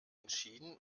entschieden